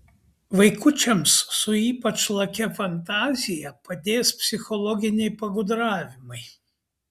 vaikučiams su ypač lakia fantazija padės psichologiniai pagudravimai